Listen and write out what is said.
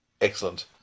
excellent